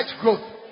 growth